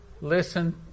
listen